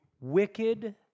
wicked